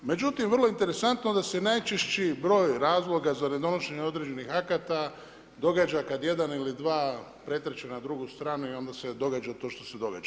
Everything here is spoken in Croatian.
Međutim, vrlo je interesantno da se najčešći broj razloga za nedonošenje određenih akata događa kada jedan ili dva pretrče na drugu stranu i onda se događa to što se događa.